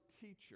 teacher